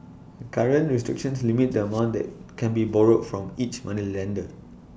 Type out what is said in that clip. current restrictions limit the amount that can be borrowed from each moneylender